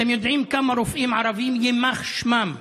אתם יודעים כמה רופאים ערבים, יימח שמם,